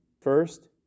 first